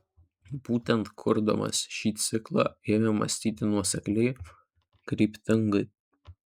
būtent kurdamas šį ciklą ėmė mąstyti nuosekliai kryptingai